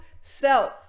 self